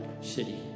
city